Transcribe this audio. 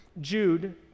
Jude